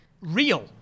real